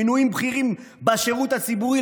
מינויים בכירים בשירות הציבורי,